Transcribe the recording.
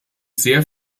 sehr